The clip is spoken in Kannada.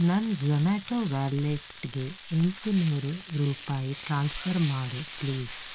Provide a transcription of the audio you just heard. ನನ್ನ ಝೊಮ್ಯಾಟೊ ವ್ಯಾಲೆಟ್ಗೆ ಎಂಟು ನೂರು ರೂಪಾಯಿ ಟ್ರಾನ್ಸ್ಫರ್ ಮಾಡು ಪ್ಲೀಸ್